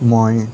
মই